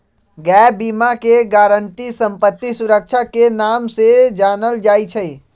gap बीमा के guarantee संपत्ति सुरक्षा के नाम से जानल जाई छई